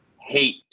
hate